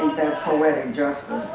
that's poetic justice